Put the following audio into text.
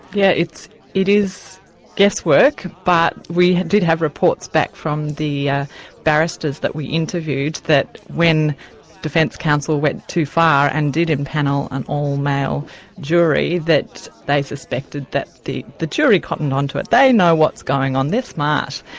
yeah it is guesswork, but we did have reports back from the barristers that we interviewed that when defence counsel went too far and did empanel an all-male jury that they suspected that the the jury cottoned on to it, they know what's going on, they're smart.